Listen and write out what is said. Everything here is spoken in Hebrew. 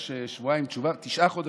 שתוך שבועיים ייתן תשובה וזה תשעה חודשים.